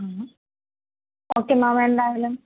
ഉം okay ma'am എന്തായാലും